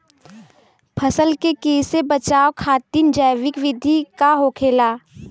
फसल के कियेसे बचाव खातिन जैविक विधि का होखेला?